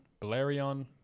Balerion